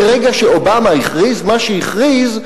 מרגע שאובמה הכריז מה שהכריז,